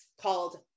called